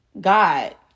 God